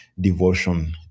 devotion